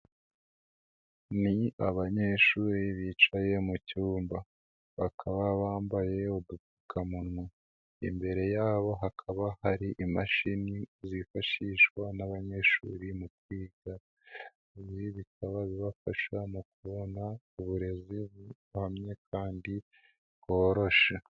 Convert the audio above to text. Ni abanyeshuri bicaye mu cyumba, bakaba bambaye udupfukamunwa, imbere yabo hakaba hari imashini zifashishwa n'abanyeshuri mu kwiga, ibi bikaba bibafasha mu kubona uburezi buhamye kandi bworoshye.